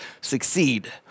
succeed